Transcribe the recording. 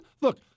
look